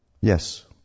Yes